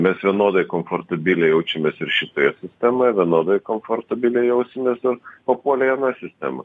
mes vienodai komfortabiliai jaučiamės ir šitoje sistemoje vienodai komfortabiliai jausimės ir papuolę į aną sistemą